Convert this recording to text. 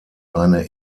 eine